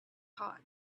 hot